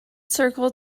circle